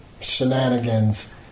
shenanigans